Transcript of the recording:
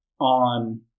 on